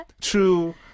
true